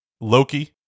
Loki